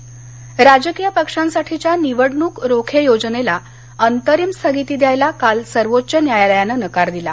निवडणक रोखे राजकीय पक्षांसाठीच्या निवडणूक रोखे योजनेला अंतरिम स्थगिती द्यायला काल सर्वोच्च न्यायालयानं नकार दिला